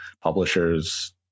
publishers